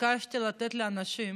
ביקשתי לתת לאנשים